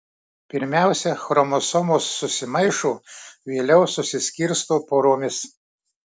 pirmiausia chromosomos susimaišo vėliau susiskirsto poromis